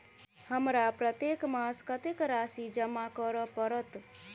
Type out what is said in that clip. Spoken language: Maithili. हमरा प्रत्येक मास कत्तेक राशि जमा करऽ पड़त?